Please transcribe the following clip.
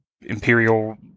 Imperial